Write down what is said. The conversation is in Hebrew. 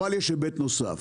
אבל יש היבט נוסף.